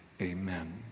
Amen